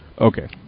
Okay